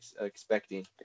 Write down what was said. expecting